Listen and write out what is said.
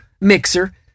mixer